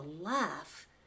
laugh